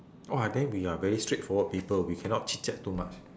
oh ah then we are very straightforward people we cannot chitchat too much